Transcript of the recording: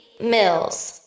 Mills